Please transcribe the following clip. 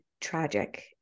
tragic